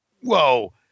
whoa